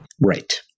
Right